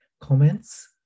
comments